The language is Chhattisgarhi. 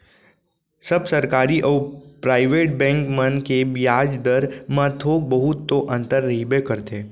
सब सरकारी अउ पराइवेट बेंक मन के बियाज दर म थोक बहुत तो अंतर रहिबे करथे